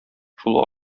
шул